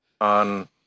on